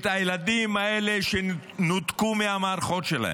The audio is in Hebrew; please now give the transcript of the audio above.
את הילדים האלה שנותקו מהמערכות שלהם,